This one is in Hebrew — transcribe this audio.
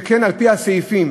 שכן על-פי הסעיפים